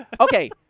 Okay